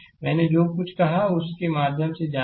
मैंने जो कुछ कहा उसके माध्यम से जाना